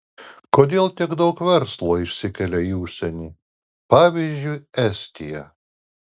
kodėl tiek daug verslo išsikelia į užsienį pavyzdžiui estiją